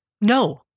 No